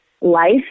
life